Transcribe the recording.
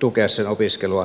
tueta sen opiskelua pelkästään saamelaisalueella